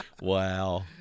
Wow